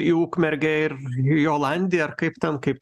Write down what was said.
į ukmergę ir į olandiją ar kaip ten kaip